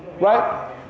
Right